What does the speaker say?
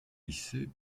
lycée